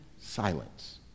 silence